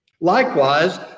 Likewise